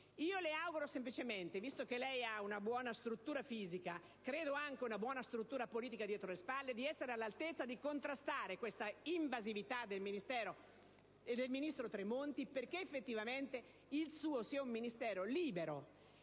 Le auguro semplicemente, visto che lei ha una buona struttura fisica, e credo anche una buona struttura politica alle spalle, di essere all'altezza di contrastare questa invasività del ministro Tremonti, perché effettivamente il suo sia un Ministero libero,